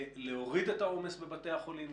להוריד את העומס בבתי החולים,